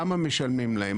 כמה משלמים להם,